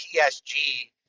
PSG